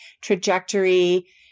trajectory